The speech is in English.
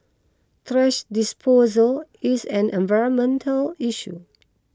thrash disposal is an environmental issue